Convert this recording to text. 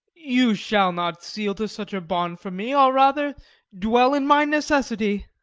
you shall not seal to such a bond for me i'll rather dwell in my necessity.